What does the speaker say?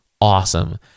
awesome